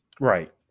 right